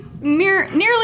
nearly